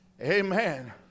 Amen